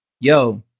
Yo